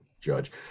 judge